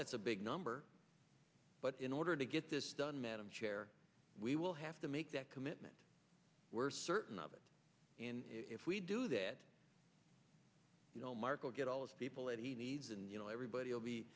that's a big number but in order to get this done madam chair we will have to make that commitment we're certain of it and if we do that you know mark will get all those people that he needs and you know everybody will be